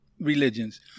religions